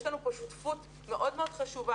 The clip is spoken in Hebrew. יש לנו כאן שותפות מאוד מאוד חשובה.